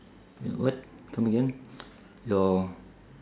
what come again your